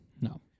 No